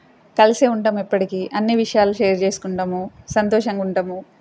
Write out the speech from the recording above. కలిసే ఉంటాము ఇప్పటికీ అన్ని విషయాలు షేర్ చేసుకుంటాము సంతోషంగా ఉంటాము